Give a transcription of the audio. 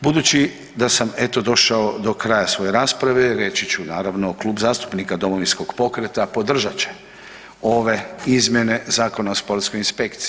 Budući da sam eto došao do kraja svoje rasprave, reći ću naravno Klub zastupnika Domovinskog pokreta podržat će ove izmjene Zakona o sportskoj inspekciji.